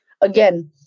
Again